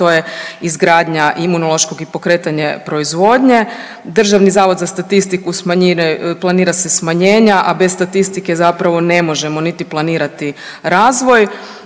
to je izgradnja imunološkog i pokretanje proizvodnje. Državni zavod za statistiku planira se smanjenja, a bez statistike zapravo ne možemo niti planirati razvoj.